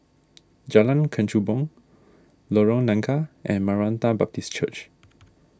Jalan Kechubong Lorong Nangka and Maranatha Baptist Church